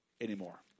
anymore